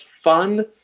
fun